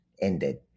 ended